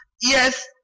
Yes